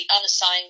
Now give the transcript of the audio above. Unassigned